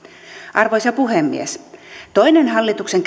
arvoisa puhemies toinen hallituksen